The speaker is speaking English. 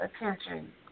attention